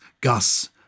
Gus